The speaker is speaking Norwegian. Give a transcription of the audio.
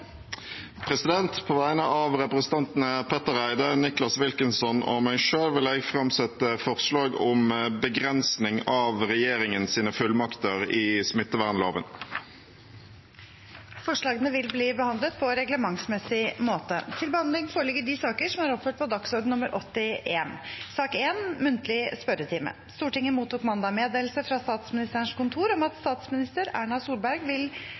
På vegne av representantene Petter Eide, Nicholas Wilkinson og meg selv vil jeg framsette et forslag om begrensning av regjeringens fullmakter i smittevernloven. Forslagene vil bli behandlet på reglementsmessig måte. Stortinget mottok mandag meddelelse fra Statsministerens kontor om at statsminister Erna Solberg vil møte til muntlig spørretime.